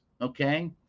Okay